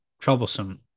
troublesome